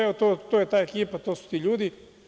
Evo, to je ta ekipa, to su ti ljudi.